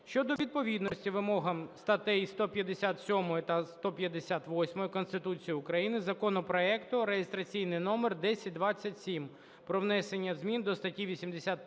щодо відповідності вимогам статей 157 та 158 Конституції України законопроекту (реєстраційний номер 1027) про внесення змін до статті 81